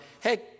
hey